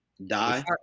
die